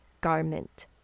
Garment